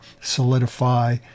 solidify